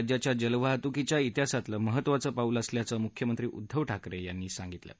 राज्याच्या जलवाहत्कीच्या तिहासातलं महत्वाचं पाऊल असल्याचं मृख्यमंत्री उद्दव ठाकरे यांनी सांगितलं आहे